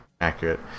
accurate